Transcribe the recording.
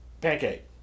pancake